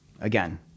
Again